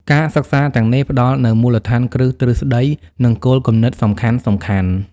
ការសិក្សាទាំងនេះផ្តល់នូវមូលដ្ឋានគ្រឹះទ្រឹស្តី និងគោលគំនិតសំខាន់ៗ។